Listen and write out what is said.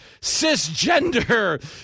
cisgender